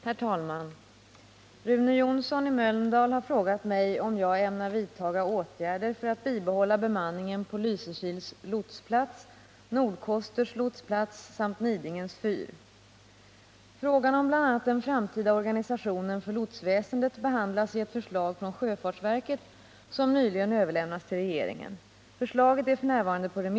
Den 16 november besvarade kommunikationsministern en av mig ställd fråga om statsrådet ämnar vidtaga åtgärder för att bibehålla bemanningen av Lysekils lotsplats, Nordkosters lotsplats samt Nidingens fyr. Av svaret framgick att det förslag till framtida organisation för lotsväsendet som f.n. remissbehandlas